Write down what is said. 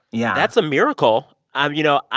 yeah that's a miracle. um you know,